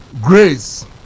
Grace